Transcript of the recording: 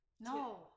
No